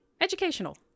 educational